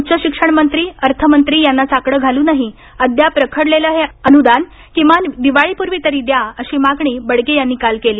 उच्चशिक्षणमंत्री अर्थमंत्री यांना साकडं घालूनही अद्याप रखडलेलं हे अनदान किमान दिवाळीपूर्वी तरी द्या अशी मागणी बडगे यांनी काल केली